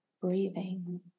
breathing